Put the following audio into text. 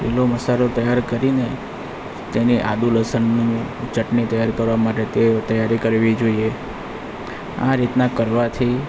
લીલો મસાલો તૈયાર કરીને તેને આદું લસણની ચટણી તૈયાર કરવા માટે તે તૈયારી કરવી જોઈએ આ રીતના કરવાથી